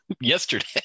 Yesterday